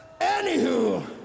Anywho